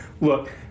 Look